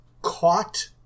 caught